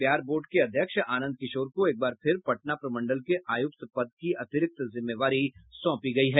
Bihar board के अध्यक्ष आनंद किशोर को एक बार फिर पटना प्रमंडल के आयुक्त पद की अतिरिक्त जिम्मेवारी सौंपी गयी हैं